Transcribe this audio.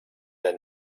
der